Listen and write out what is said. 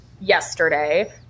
yesterday